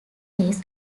rays